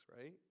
right